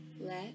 let